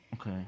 Okay